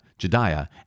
Jediah